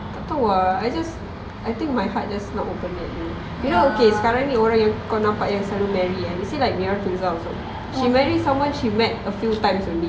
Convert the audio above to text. tak tahu ah I just I think my heart just not open yet you know okay sekarang ni orang kau nampak yang selalu marry kan you see like mira filzah also she marry someone she met a few times only